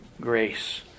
grace